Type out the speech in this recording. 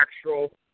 Actual